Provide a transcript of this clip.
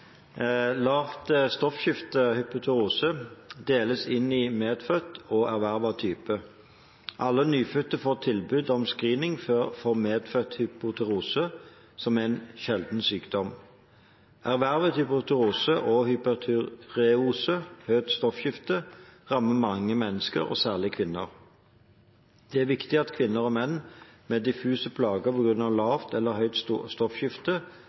Lavt stoffskifte, hypotyreose, deles inn i medfødt og ervervet type. Alle nyfødte får tilbud om screening for medfødt hypotyreose, som er en sjelden sykdom. Ervervet hypotyreose og hypertyreose, høyt stoffskifte, rammer mange mennesker og særlig kvinner. Det er viktig at kvinner og menn med diffuse plager på grunn av lavt eller høyt stoffskifte